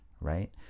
right